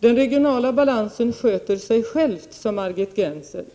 Den regionala balansen sköter sig själv, sade Margit Gennser.